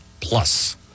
Plus